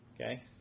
Okay